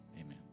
amen